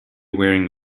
wearing